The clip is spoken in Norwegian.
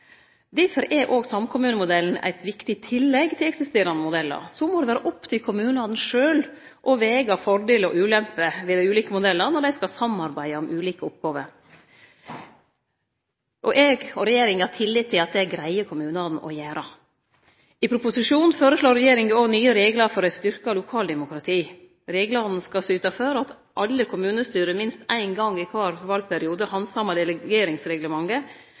er òg samkommunemodellen eit viktig tillegg til eksisterande modellar. Så må det vere opp til kommunane sjølve å vege fordelar og ulemper ved dei ulike modellane når dei skal samarbeide om ulike oppgåver. Eg og regjeringa har tillit til at det greier kommunane å gjere. I proposisjonen føreslår regjeringa òg nye reglar for eit styrkt lokaldemokrati. Reglane skal syte for at alle kommunestyre minst ein gong i kvar valperiode handsamar delegeringsreglementet,